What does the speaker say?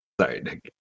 Sorry